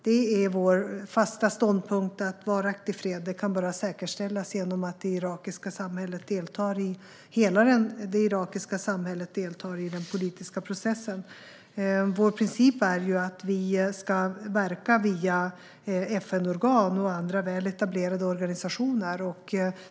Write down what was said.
Det är vår fasta ståndpunkt att varaktig fred bara kan säkerställas genom att det hela irakiska samhället deltar i den politiska processen. Vår princip är att vi ska verka via FN-organ och andra mycket väl etablerade organisationer.